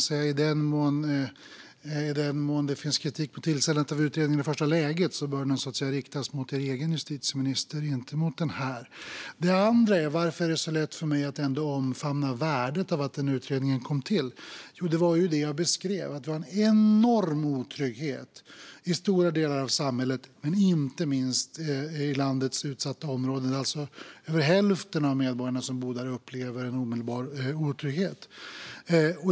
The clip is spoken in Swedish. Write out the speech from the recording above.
I den mån det finns kritik mot tillsättandet av utredningen i första läget bör den riktas mot er egen justitieminister, inte mot den här. Varför är det så lätt för mig att ändå omfamna värdet av att utredningen tillsattes? Jo, det var det jag beskrev, nämligen att det var en enorm otrygghet i stora delar av samhället, inte minst i landets utsatta områden. Över hälften av medborgarna som bor där upplever en omedelbar otrygghet.